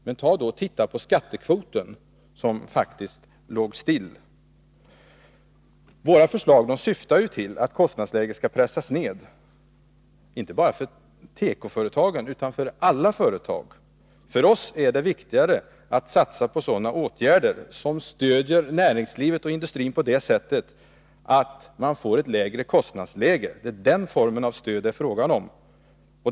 Men ta då och titta på skattekvoten, som faktiskt låg still. Våra förslag syftar till att kostnadsläget skall pressas ned, inte bara för tekoföretagen utan för alla företag. För oss är det viktigare att satsa på sådana åtgärder som stöder näringslivet och industrin på det sättet att man får ett lägre kostnadsläge. Det är den formen av stöd det är fråga om.